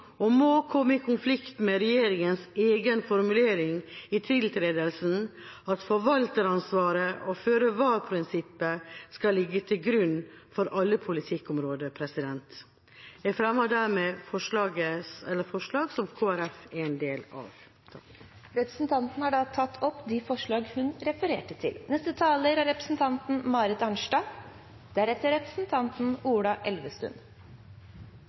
og må komme i konflikt med regjeringas egen formulering i tiltredelsen at forvalteransvaret og føre-var-prinsippet skal ligge til grunn for alle politikkområder. Jeg fremmer med dette de forslag Kristelig Folkeparti er en del av. Representanten Rigmor Andersen Eide har tatt opp de forslag hun refererte til.